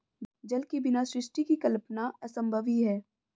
जल के बिना सृष्टि की कल्पना असम्भव ही है